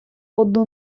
одну